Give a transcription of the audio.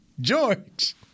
George